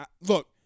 Look